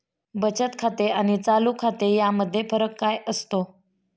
बचत खाते आणि चालू खाते यामध्ये फरक काय असतो?